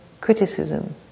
criticism